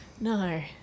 No